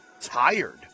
tired